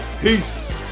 peace